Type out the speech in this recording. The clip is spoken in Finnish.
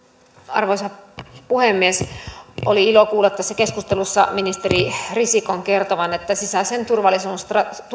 arvoisa puhemies oli ilo kuulla tässä keskustelussa ministeri risikon kertovan että sisäisen turvallisuuden